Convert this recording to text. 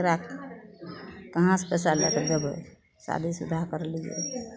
ओकरा कहाँसे पइसा लैके देबै शादीशुदा करलिए